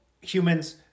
humans